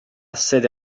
sede